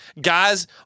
Guys